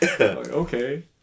Okay